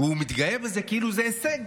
הוא מתגאה בזה כאילו זה הישג.